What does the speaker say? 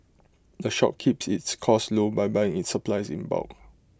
the shop keeps its costs low by buying its supplies in bulk